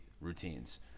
routines